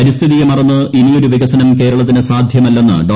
പരിസ്ഥിതിയെ മറന്ന് ഇനിയൊരു വികസനം കേരളത്തിന് സാധ്യമല്ലെന്ന് ഡോ